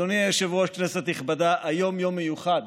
אדוני היושב-ראש, כנסת נכבדה, היום יום מיוחד,